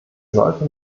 sollte